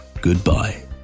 goodbye